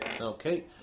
Okay